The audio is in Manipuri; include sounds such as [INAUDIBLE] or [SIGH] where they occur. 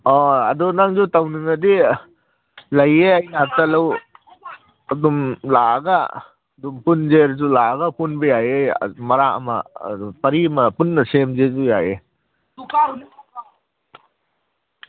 ꯑꯣ ꯑꯗꯨ ꯅꯪꯁꯨ ꯇꯧꯅꯤꯡꯉꯗꯤ ꯂꯩꯌꯦ ꯑꯩꯅꯥꯛꯇ ꯂꯧ ꯑꯗꯨꯝ ꯂꯥꯛꯑꯒ ꯑꯗꯨꯝ ꯄꯨꯟꯁꯦꯁꯨ ꯑꯗꯨꯝ ꯂꯥꯛꯑꯒ ꯄꯨꯟꯕ ꯌꯥꯏꯌꯦ ꯃꯔꯥꯛ ꯑꯃ ꯄꯔꯤ ꯑꯃ ꯄꯨꯟꯅ ꯁꯦꯝꯁꯦꯁꯨ ꯌꯥꯏꯌꯦ [UNINTELLIGIBLE]